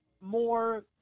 more